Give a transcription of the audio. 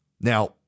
Now